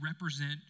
represent